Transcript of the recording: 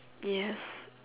yes